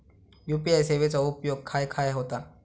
UPI सेवेचा उपयोग खाय खाय होता?